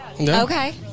Okay